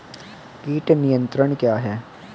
कीट नियंत्रण क्या है?